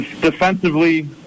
Defensively